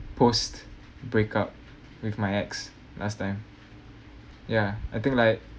post break up with my ex last time ya I think like